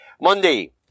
Monday